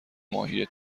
ماهی